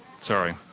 Sorry